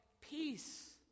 peace